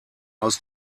aus